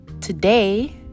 today